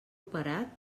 parat